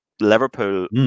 Liverpool